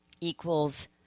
equals